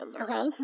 Okay